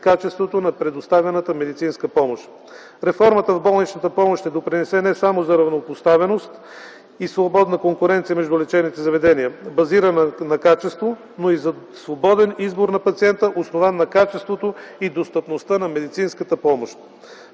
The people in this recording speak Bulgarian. качеството на предоставяната медицинска помощ. Реформата в болничната помощ ще допринесе не само за равнопоставеност и свободна конкуренция между лечебните заведения, базирани на качеството, но и за свободен избор на пациента, основан на качеството и достъпността на медицинската помощ.